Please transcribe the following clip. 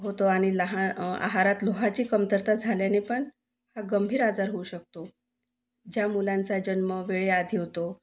होतो आणि लहान आहारात लोहाची कमतरता झाल्याने पण हा गंभीर आजार होऊ शकतो ज्या मुलांचा जन्म वेळेआधी होतो